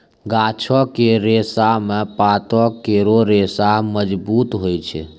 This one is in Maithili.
गाछो क रेशा म पातो केरो रेशा मजबूत होय छै